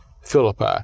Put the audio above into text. Philippi